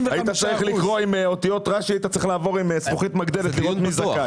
היית צריך לקרוא עם אותיות רש"י ולעבור עם זכוכית מגדלת לראות מי זכאי.